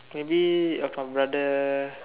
maybe uh from brother